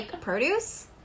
produce